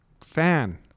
Fan